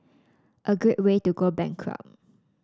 a great way to go bankrupt